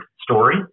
story